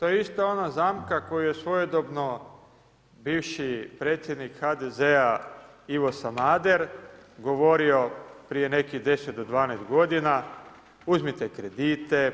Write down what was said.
To je isto ona zamka, koja je svojedobno, bivši predsjednik HDZ-a Ivo Sanader, govorio do nekih 10-12 g. uzmite kredite,